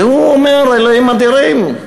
והוא אומר: אלוהים אדירים,